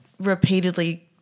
repeatedly